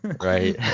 Right